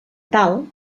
tal